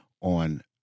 on